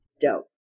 Dope